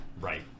right